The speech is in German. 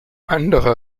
andere